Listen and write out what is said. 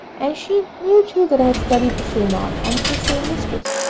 and she knew too that i had studied the same art, under the same mistress.